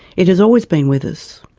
it has always been with us.